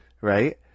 Right